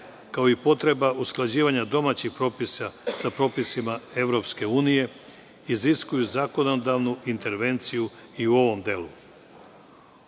kao i potreba usklađivanja domaćih propisa sa propisima EU, iziskuju zakonodavnu intervenciju i u ovom delu.